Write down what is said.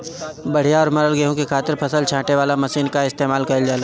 बढ़िया और मरल गेंहू खातिर फसल छांटे वाला मशीन कअ इस्तेमाल कइल जाला